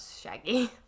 Shaggy